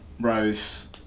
Rose